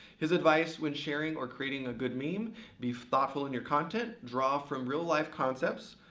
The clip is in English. his advice when sharing or creating a good meme be thoughtful in your content. draw from real life concepts.